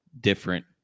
different